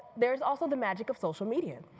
there's also the magic of social media.